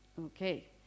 okay